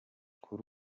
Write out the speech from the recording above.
kuri